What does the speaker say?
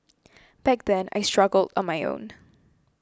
back then I struggled on my own